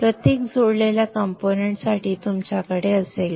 प्रत्येक जोडलेल्या कंपोनेंट्स साठी तुमच्याकडे असेल